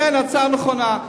לכן ההצעה נכונה.